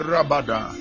Rabada